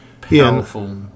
powerful